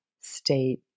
state